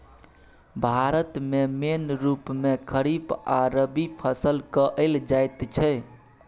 भारत मे मेन रुप मे खरीफ आ रबीक फसल कएल जाइत छै